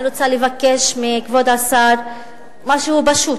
אני רוצה לבקש מכבוד השר משהו פשוט,